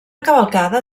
cavalcada